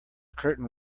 curtain